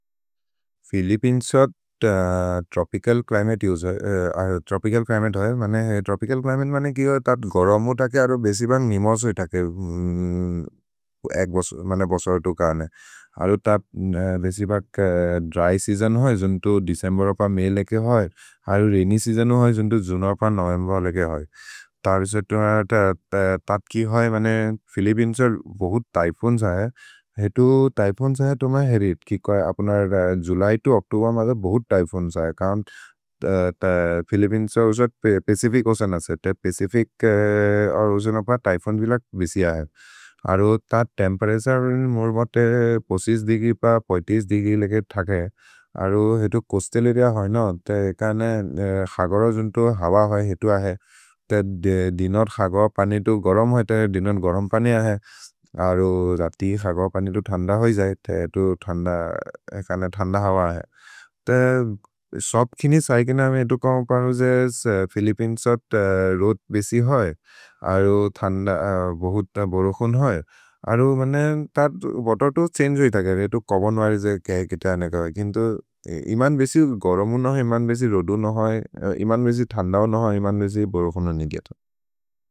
फिलिपिन्सोत् tropical climate होइ, tropical climate मने कि होइ, तत् गरमु थके अरो बेसि बग् निमोसो हि थके एक् बसो। मने बसो रेतु काने अरु त बेसि बग् द्र्य् सेअसोन् होइ, जुन्तो देचेम्बेर् उप मले एके होइ, अरु रैन्य् सेअसोनु होइ। जुन्तो जुने उप नोवेम्बेर् एके होइ तरु सेतु, तद् कि होइ, मने फिलिपिन्सोत् बहुत् त्य्फून्स् है, हेतु त्य्फून्स् है, तुम्हे हेरि कि कोइ। अपुन जुल्य् तो ओच्तोबेर् मद बहुत् त्य्फून्स् है कौन् फिलिपिन्सोत् उसोत् पचिफिच् उसन् असे, पचिफिच् उसन् उप त्य्फून् विलग् बेसि है। अरु तद् तेम्पेरतुरे मोरे मोरे ते बीस पाँच देग्री प तीस पाँच देग्री लेकेर् थके अरु हेतु चोअस्तल् अरेअ होइ न, एकने खगर जुन्तो हव होइ हेतु अहे। दिनर् खगर पने इतो गरम् होइ, दिनर् गरम् पने अहे, अरु जति खगर पने इतो थन्द होइ जै, एकने थन्द हव है त सब् किनि सैकेने अमे एतो कमो परो जे। फिलिपिन्सोत् रोत् बेसि होइ, अरु थन्द बहुत् त बोरोकोन् होइ, अरु मने त वतेर् तो छन्गे होइ थगेरे, एतो कबन् वरे जे केहे केते अनेक होइ। केन्तो इमन् बेसि गरमु न होइ, इमन् बेसि रोदु न होइ, इमन् बेसि थन्द होइ न होइ, इमन् बेसि बोरोकोन् होइ निगे थ।